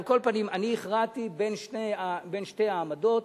על כל פנים, אני הכרעתי בין שתי העמדות.